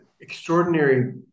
extraordinary